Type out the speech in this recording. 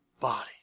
Body